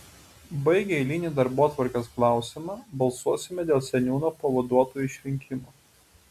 baigę eilinį darbotvarkės klausimą balsuosime dėl seniūno pavaduotojų išrinkimo